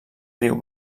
riu